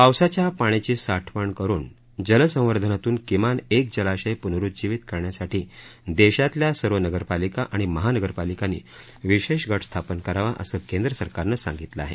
पावसाच्या पाण्याची साठवण करुन जलसंवर्धनातून किमान एक जलाशय पुनरुज्जीवित करण्यासाठी देशातल्या सर्व नगरपालिका आणि महानगरपालिकांनी विशेष गट स्थापन करावा असं केंद्रसरकारनं सांगितलं आहे